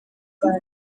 rwanda